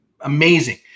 amazing